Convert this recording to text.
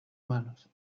manos